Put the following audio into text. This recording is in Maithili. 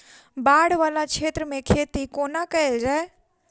बाढ़ वला क्षेत्र मे खेती कोना कैल जाय?